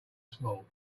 small